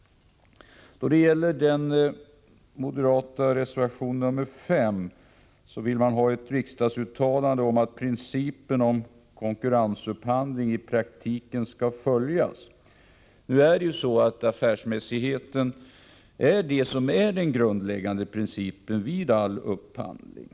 I den moderata reservationen 5 vill man ha ett riksdagsuttalande om att principen om konkurrensupphandling i praktiken skall följas. Affärsmässighet är den grundläggande principen vid all upphandling.